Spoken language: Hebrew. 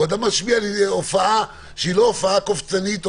או אדם מגיע להופעה שהיא לא הופעה קופצנית,